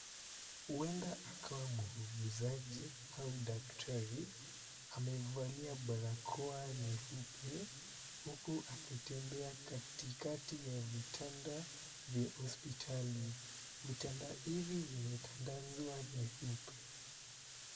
Huenda akawa muuguzaji au daktari, amevalia barakoa nyeupe, huku akitembea katikati ya vitanda vya hospitali. Vitanda hivi vimetandazwa nyeupe.